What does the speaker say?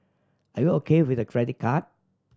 are you O K with a credit card